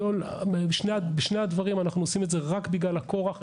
בשני המקרים אנחנו פועלים רק בגלל הכורח.